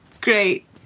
Great